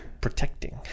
protecting